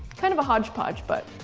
kind of a hodgepodge but,